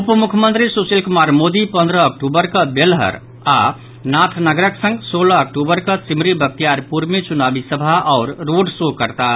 उपमुख्यमंत्री सुशील कुमार मोदी पंद्रह अक्टूबर कऽ बेलहर आ नाथनगरक संग सोलह अक्टूबर कऽ सिमरी बख्तियारपुर मे चुनावी सभा आओर रोड शो करताह